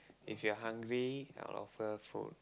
if you're hungry I'll offer food